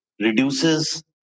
reduces